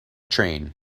train